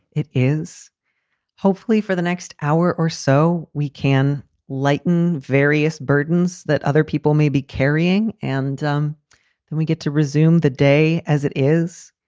it is hopefully for the next hour or so, we can lighten various burdens that other people may be carrying and um then we get to resume the day as it is.